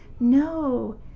No